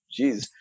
jeez